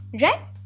Right